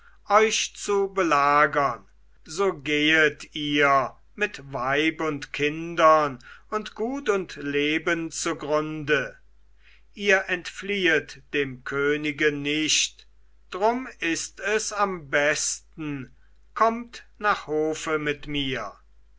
euch zu belagern so gehet ihr mit weib und kindern und gut und leben zugrunde ihr entfliehet dem könige nicht drum ist es am besten kommt nach hofe mit mir